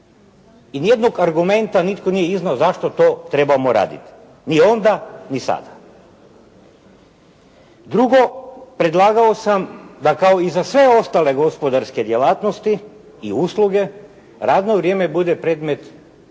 I nijednog argumenta nitko nije iznio zašto to trebamo raditi? Ni onda ni sada. Drugo, predlagao sam da kao i za sve ostale gospodarske djelatnosti i usluge radno vrijeme bude predmet